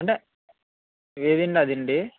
అంటే ఏదండీ అదండీ